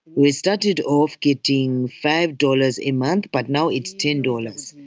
we started off getting five dollars a month but now it's ten dollars.